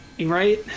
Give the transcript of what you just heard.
Right